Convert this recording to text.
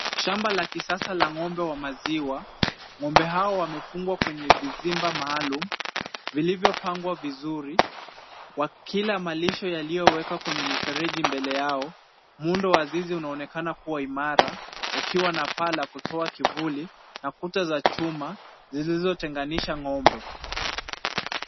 Shamba la kisasa la ng'ombe wa maziwa. Ng'ombe hao wamefungwa kwenye vizimba maalum vilivyopangwa vizuri kwa kila malisho yaliyowekwa kwenye mifereji mbele yao. Muundo wa zizi unaonekana kuwa imara ukiwa na paa la kutoa kivuli na kuta za chuma zilizo tenganisha ng'ombe.